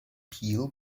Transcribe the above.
peel